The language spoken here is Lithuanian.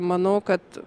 manau kad